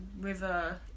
river